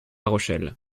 rochelle